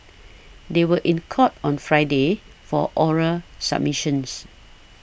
they were in court on Friday for oral submissions